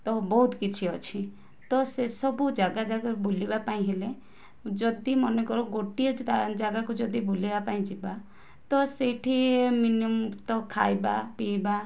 ତ ବହୁତ କିଛି ଅଛି ତ ସେସବୁ ଜାଗା ବୁଲିବାପାଇଁ ହେଲେ ଯଦି ମନେକର ଗୋଟିଏ ଜାଗାକୁ ବୁଲିବାପାଇଁ ଯିବା ତ ସେହିଠି ମିନିମମ୍ ତ ଖାଇବା ପିଇବା